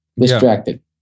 Distracted